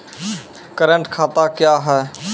Current खाता क्या हैं?